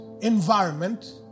environment